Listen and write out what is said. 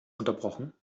unterbrochen